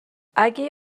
اگه